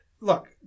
Look